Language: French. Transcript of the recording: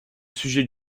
sujet